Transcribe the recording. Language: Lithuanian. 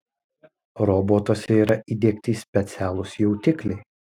robotuose yra įdiegti specialūs jutikliai